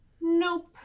Nope